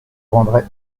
rendrait